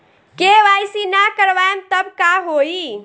KYC ना करवाएम तब का होई?